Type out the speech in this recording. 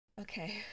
Okay